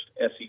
SEC